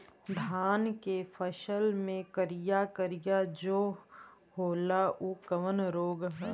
धान के फसल मे करिया करिया जो होला ऊ कवन रोग ह?